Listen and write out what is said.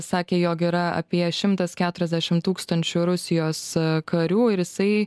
sakė jog yra apie šimtas keturiasdešim tūkstančių rusijos karių ir jisai